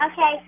Okay